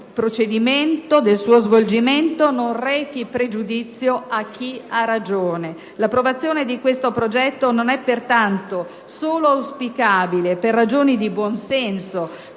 la durata del suo svolgimento non rechi pregiudizio a chi ha ragione. L'approvazione di questo progetto non è pertanto solo auspicabile per ragioni di buonsenso,